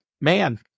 man